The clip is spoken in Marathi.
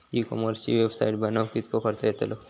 ई कॉमर्सची वेबसाईट बनवक किततो खर्च येतलो?